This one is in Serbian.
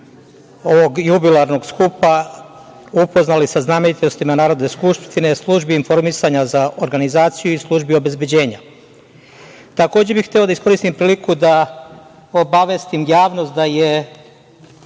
ovog jubilarnog skupa upoznali sa znamenitostima Narodne skupštine, Službi informisanja za organizaciju i Službi obezbeđenja. Takođe, hteo bih da iskoristim priliku da obavestim javnost da je